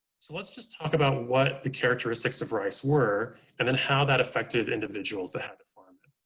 so let's just talk about what the characteristics of rice were and then how that affected individuals that had to farm it.